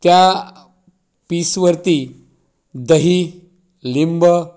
त्या पीसवरती दही लिंबू